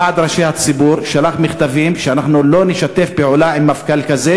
ועד ראשי הציבור שלח מכתבים שאנחנו לא נשתף פעולה עם מפכ"ל כזה,